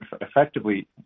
effectively